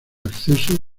acceso